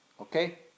Okay